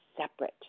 separate